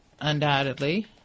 undoubtedly